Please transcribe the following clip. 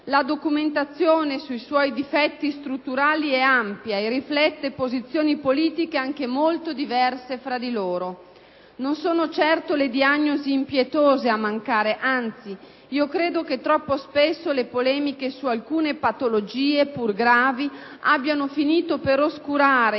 La documentazione sui suoi difetti strutturali è ampia e riflette posizioni politiche anche molto diverse tra loro. Non sono certo le diagnosi impietose a mancare: anzi, credo che troppo spesso le polemiche su alcune patologie pur gravi abbiano finito per oscurare